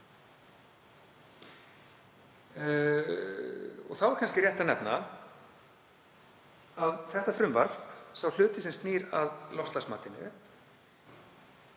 Þá er kannski rétt að nefna að þetta frumvarp, sá hluti þess sem snýr að loftslagsmatinu,